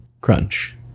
crunch